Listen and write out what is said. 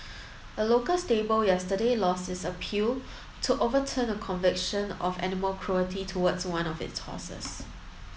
a local stable yesterday lost its appeal to overturn a conviction of animal cruelty towards one of its horses